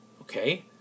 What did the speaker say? okay